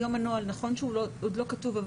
נכון שהנוהל עוד לא כתוב,